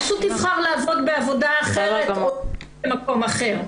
פשוט יבחר לעבוד בעבודה אחרת או במקום אחר.